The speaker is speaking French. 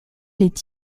est